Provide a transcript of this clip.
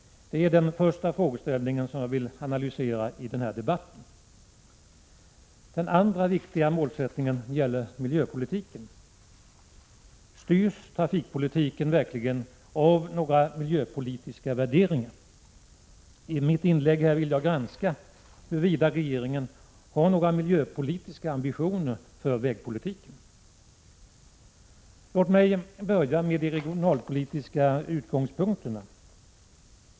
Det är den första frågeställningen som jag vill analysera i den här debatten. Den andra viktiga frågeställningen gäller miljöpolitiken. Styrs trafikpolitiken verkligen av några miljöpolitiska värderingar? I mitt inlägg vill jag granska huruvida regeringen har några miljöpolitiska ambitioner för vägpolitiken. Låt mig börja med de regionalpolitiska utgångspunkterna.